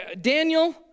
Daniel